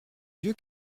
vieux